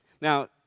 Now